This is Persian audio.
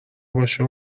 باشه